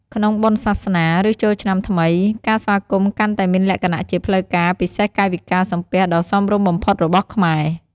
ក្នុងបុណ្យសាសនា ឬចូលឆ្នាំថ្មី ការស្វាគមន៍កាន់តែមានលក្ខណៈជាផ្លូវការ ពិសេសកាយវិការសំពះដ៏សមរម្យបំផុតរបស់ខ្មែរ។